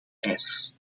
ijs